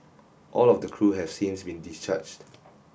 all of the crew have since been discharged